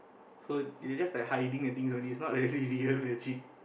so they just like hiding the things only it's not really real magic